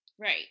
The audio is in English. Right